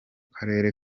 karere